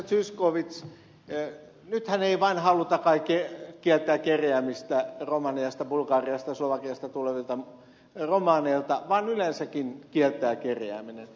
zyskowicz nythän ei haluta kai kieltää kerjäämistä vain romaniasta bulgariasta slovakiasta tulevilta romaneilta vaan yleensäkin kieltää kerjääminen